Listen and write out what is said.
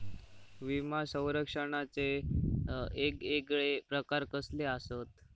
विमा सौरक्षणाचे येगयेगळे प्रकार कसले आसत?